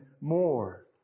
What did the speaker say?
more